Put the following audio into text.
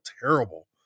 terrible